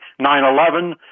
9-11